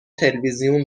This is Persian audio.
تلویزیون